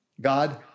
God